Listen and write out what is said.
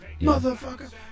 motherfucker